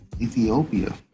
Ethiopia